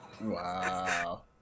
Wow